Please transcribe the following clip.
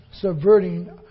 Subverting